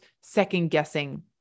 second-guessing